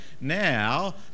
now